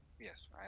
yes